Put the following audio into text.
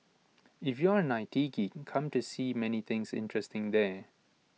if you are an I T geek come to see many things interesting there